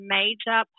major